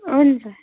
हुन्छ